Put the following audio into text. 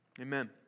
Amen